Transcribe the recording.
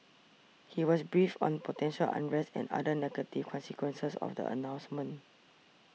he was briefed on potential unrest and other negative consequences of the announcement